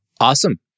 Awesome